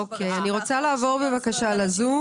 אני רוצה לעבור ל-זום,